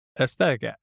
aesthetic